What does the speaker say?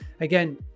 again